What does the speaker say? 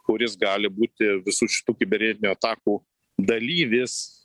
kuris gali būti visų šitų kibernetinių atakų dalyvis